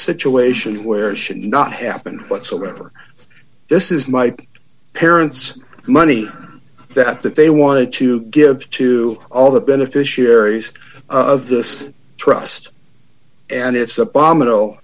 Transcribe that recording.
situation where it should not happen whatsoever this is my parents money that that they wanted to give to all the beneficiaries of this trust and it's abom